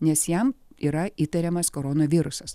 nes jam yra įtariamas koronavirusas